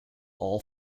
all